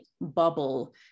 bubble